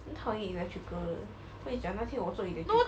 很讨厌 electrical 的跟你讲那天我做 electrical